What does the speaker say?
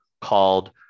called